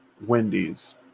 Wendy's